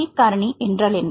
B காரணி என்றால் என்ன